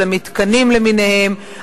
של המתקנים למיניהם,